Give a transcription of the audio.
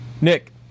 Nick